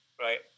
right